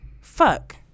Fuck